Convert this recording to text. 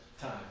time